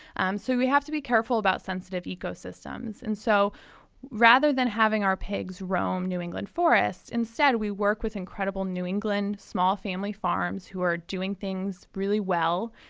um so we have to be careful about sensitive ecosystems and so rather than having our pigs roam new england forests, we work with incredible new england small family farms who are doing things really well,